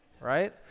right